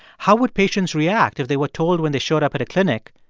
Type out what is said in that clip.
how would patients react if they were told when they showed up at a clinic,